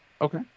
Okay